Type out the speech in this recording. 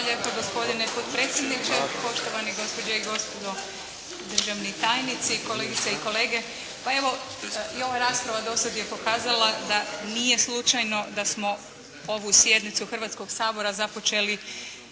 lijepo gospodine potpredsjedniče, poštovani gospođe i gospodo državni tajnici, kolegice i kolege. Pa evo i ova rasprava do sada je pokazala da nije slučajno da smo ovu sjednicu Hrvatskog sabora započeli